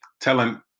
Telling